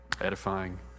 edifying